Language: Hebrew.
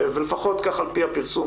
לפחות כך על פי הפרסום.